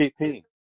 TP